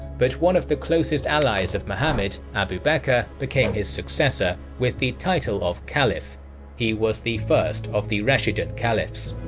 but one of the closest allies of muhammad abu bakr became his successor, with the title of caliph he was the first of the rashidun caliphs.